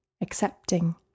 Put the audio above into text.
accepting